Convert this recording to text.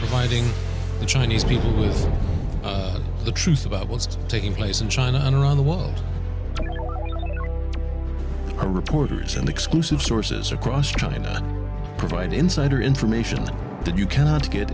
fighting the chinese people is the truth about what's taking place in china and around the world are reporters and exclusive sources across trying to provide insider information that you cannot get